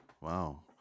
wow